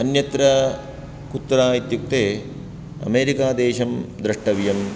अन्यत्र कुत्र इत्युक्ते अमेरिका देशं द्रष्टव्यं